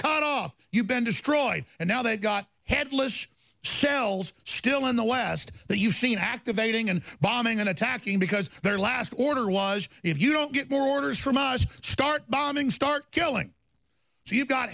cut off you've been destroyed and now they've got headless tells still in the west that you've seen activating and bombing and attacking because their last order was if you don't get more orders from us start bombing start killing so you've got